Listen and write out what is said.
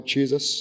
Jesus